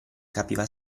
capiva